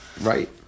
Right